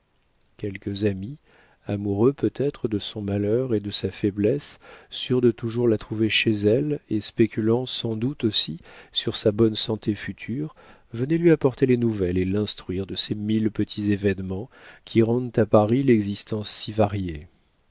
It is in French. quelques amis amoureux peut-être de son malheur et de sa faiblesse sûrs de toujours la trouver chez elle et spéculant sans doute aussi sur sa bonne santé future venaient lui apporter les nouvelles et l'instruire de ces mille petits événements qui rendent à paris l'existence si variée